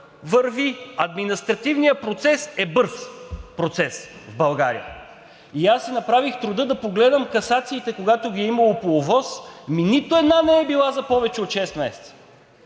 върви. Административният процес е бърз процес в България. Аз си направих труда да погледам касациите, когато ги е имало по ОВОС, ами нито една не е била за повече от шест месеца.